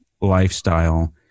lifestyle